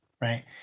right